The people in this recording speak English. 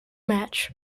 match